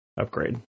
upgrade